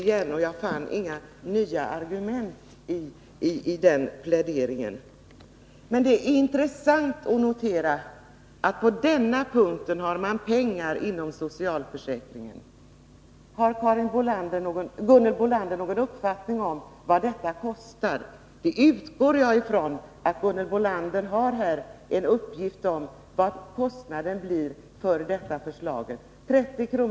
Jag kunde inte finna några nya argument beträffande den pläderingen. Det är emellertid intressant att det finns pengar när det gäller denna del av försäkringen. Har Gunhild Bolander någon uppfattning om vad detta kostar? Jag utgår från att hon har uppgifter om kostnaden för ett genomförande av detta förslag — hon talar om en höjning till 30 kr.